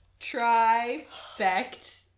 Trifect